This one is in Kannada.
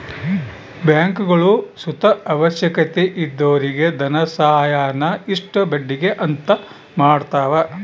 ಬ್ಯಾಂಕ್ಗುಳು ಸುತ ಅವಶ್ಯಕತೆ ಇದ್ದೊರಿಗೆ ಧನಸಹಾಯಾನ ಇಷ್ಟು ಬಡ್ಡಿಗೆ ಅಂತ ಮಾಡತವ